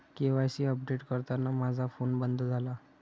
KYC update करताना माझा phone बंद झाला